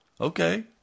Okay